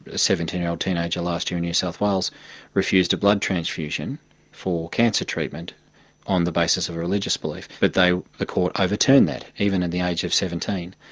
a seventeen year old teenager last year in new south wales refused a blood transfusion for cancer treatment on the basis of a religious belief, but they, the court overturned that, even at the age of seventeen.